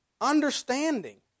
understanding